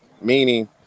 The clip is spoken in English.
Meaning